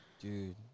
Dude